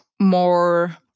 more